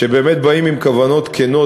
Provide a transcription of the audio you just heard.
שבאמת באים עם כוונות כנות,